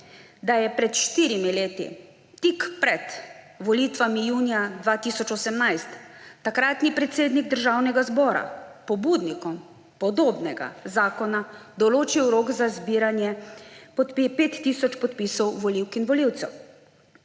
da je pred štirimi leti, tik pred volitvami junija 2018, takratni predsednik Državnega zbora pobudnikom podobnega zakona določil rok za zbiranje 5 tisoč podpisov volivk in volivcev.